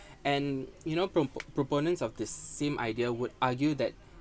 and you know pro~ proponents of this same idea would argue that